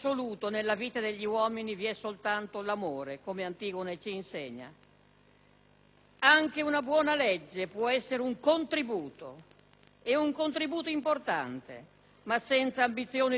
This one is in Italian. Anche una buona legge può essere un contributo, e un contributo importante, ma senza ambizioni di onnipotenza né per la legge né per la scienza né per la tecnica.